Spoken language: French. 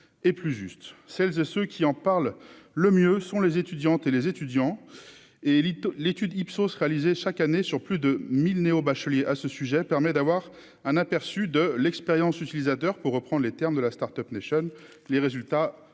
et plus juste, celles et ceux qui en parlent le mieux sont les étudiantes et les étudiants et élite l'étude Ipsos-réalisés chaque année sur plus de 1000 néo-bacheliers à ce sujet, permet d'avoir un aperçu de l'expérience utilisateur pour reprendre les termes de la Start-Up, nation, les résultats